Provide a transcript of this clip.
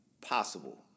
possible